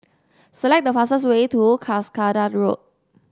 select the fastest way to Cuscaden Road